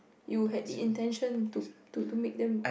you had the intention to to to make them